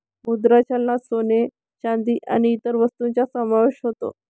मुद्रा चलनात सोने, चांदी आणि इतर वस्तूंचा समावेश होतो